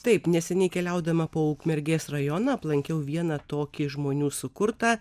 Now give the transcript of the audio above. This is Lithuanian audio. taip neseniai keliaudama po ukmergės rajoną aplankiau vieną tokį žmonių sukurtą